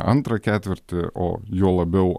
antrą ketvirtį o juo labiau